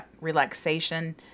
relaxation